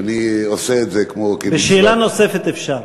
ואני עושה את זה כמו, בשאלה נוספת אפשר.